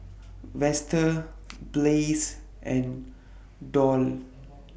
Vester Blaise and Doll